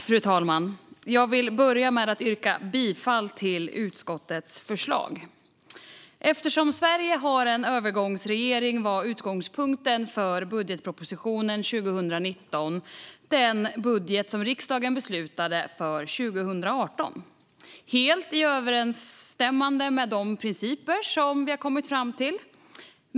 Fru talman! Jag vill börja med att yrka bifall till utskottets förslag. Eftersom Sverige har en övergångsregering var utgångspunkten för budgetpropositionen 2019 den budget som riksdagen beslutade för 2018. Det överensstämmer helt med de principer som vi har kommit fram till.